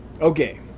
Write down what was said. Okay